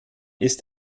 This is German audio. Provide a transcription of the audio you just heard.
ist